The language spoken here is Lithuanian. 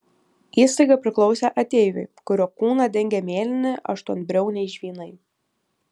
įstaiga priklausė ateiviui kurio kūną dengė mėlyni aštuonbriauniai žvynai